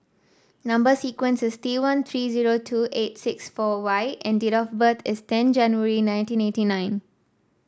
number sequence is T one three zero two eight six four Y and date of birth is ten January nineteen eighty nine